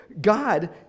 God